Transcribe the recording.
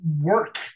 work